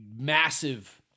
massive